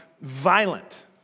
violent